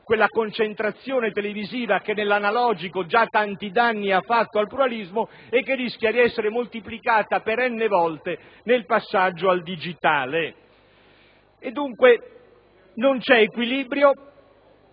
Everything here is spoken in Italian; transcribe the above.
quella concentrazione televisiva che nell'analogico ha già fatto tanti danni al pluralismo e che rischia di essere moltiplicata per enne volte nel passaggio al digitale. Non c'è, dunque, equilibrio.